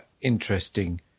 interesting